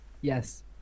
Yes